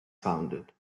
founded